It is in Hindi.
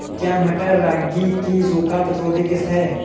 क्या मटर रागी की सूखा प्रतिरोध किश्त है?